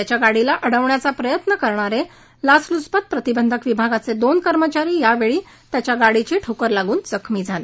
त्याच्या गाडीला अडवण्याचा प्रयत्न करणारे लाचलुचपत प्रतिबंधक विभागाचे दोन कर्मचारी यावेळी गाडीची ठोकर लागून जखमी झाले